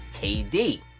KD